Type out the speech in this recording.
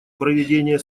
проведение